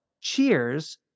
Cheers